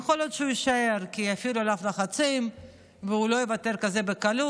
יכול להיות שהוא יישאר כי יפעילו עליו לחצים והוא לא יוותר כל כך בקלות,